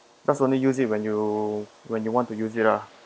just only use it when you when you want to use it lah